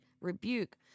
rebuke